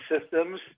systems